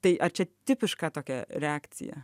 tai ar čia tipiška tokia reakcija